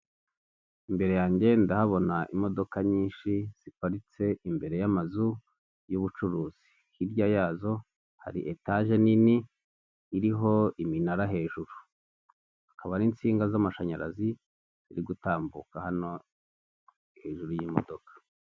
Imbere yanjye ndahabona imodoka nyinshi ziparitse imbere y'amazu y'ubucuruzi hirya yazo hari etage nini iriho iminara hejuru akaba hari insinga z'amashanyarazi ziri gutambuka hano hejuru y'imodoka.